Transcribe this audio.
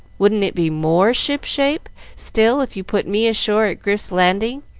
wouldn't it be more ship-shape still if you put me ashore at grif's landing?